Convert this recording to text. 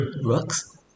works